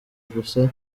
gusa